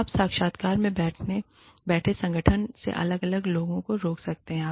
आप साक्षात्कार में बैठे संगठन में अलग अलग लोगों को रोक सकते थे